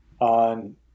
on